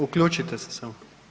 Uključite se samo.